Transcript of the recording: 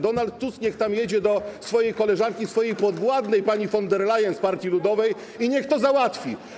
Donald Tusk niech tam jedzie do swojej koleżanki i swojej podwładnej pani von der Leyen z Partii Ludowej i niech to załatwi.